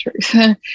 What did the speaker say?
truth